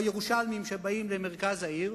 או ירושלמים באים למרכז העיר